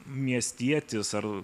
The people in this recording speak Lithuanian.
miestietis ar